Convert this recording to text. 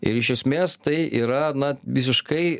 ir iš esmės tai yra na visiškai